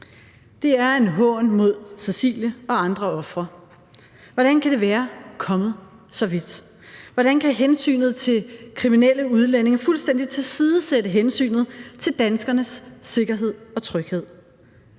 Det er en hån mod Cecilie og andre ofre. Hvordan kan det være kommet så vidt? Hvordan kan hensynet til kriminelle udlændinge fuldstændig tilsidesætte hensynet til danskernes sikkerhed og tryghed?